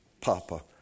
Papa